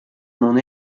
non